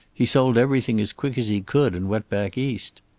he sold everything as quick as he could, and went back east.